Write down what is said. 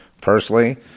personally